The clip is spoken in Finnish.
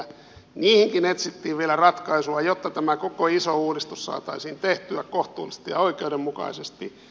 niihinkin etsittiin vielä ratkaisua jotta tämä koko iso uudistus saataisiin tehtyä kohtuullisesti ja oikeudenmukaisesti